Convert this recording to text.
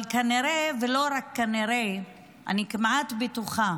אבל כנראה, ולא רק כנראה, אני כמעט בטוחה